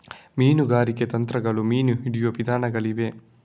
ಮೀನುಗಾರಿಕೆ ತಂತ್ರಗಳು ಮೀನು ಹಿಡಿಯುವ ವಿಧಾನಗಳಾಗಿವೆ